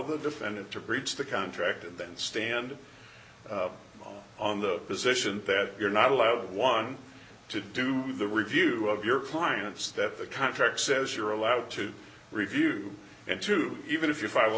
the defendant to breach the contract and then stand on the position that you're not allowed one to do the review of your clients that the contract says you're allowed to review and to even if you file a